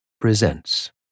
Presents